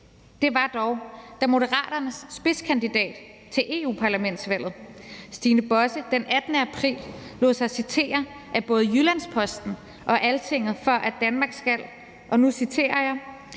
var dog, da Moderaternes spidskandidat til europaparlamentsvalget, Stine Bosse, den 18. april lod sig citere af både Jyllands-Posten og Altinget for, at Danmark skal – og nu citerer jeg